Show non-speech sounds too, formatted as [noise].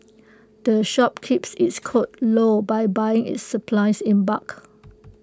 the shop keeps its [noise] cold low by buying its supplies in bulk